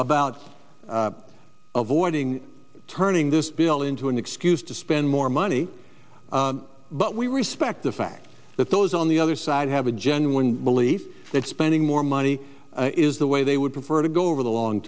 about avoiding turning this bill into an excuse to spend more money but we respect the fact that those on the other side have a genuine belief that spending more money is the way they would prefer to go over the long